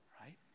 right